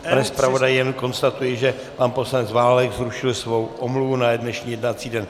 Pane zpravodaji, jenom konstatuji, že pan poslanec Válek zrušil svou omluvu na dnešní jednací den.